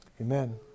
Amen